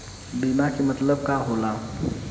बीमा के मतलब का होला?